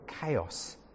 chaos